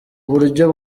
buryo